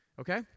Okay